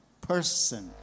person